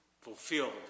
fulfilled